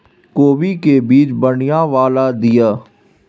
कोबी के बीज बढ़ीया वाला दिय?